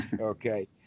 Okay